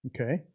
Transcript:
Okay